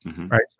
right